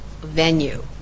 venue